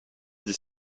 dix